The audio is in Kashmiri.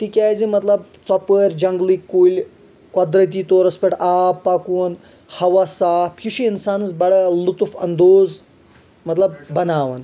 تِکیٛازِ مطلب ژۄپأرۍ جنگلکۍ کُلۍ قۄدرتی طورس پٮ۪ٹھ آب پکُن ہوا صاف یہِ چھُ اِنسانس بڑٕ لُطف اندوز مطلب بناوان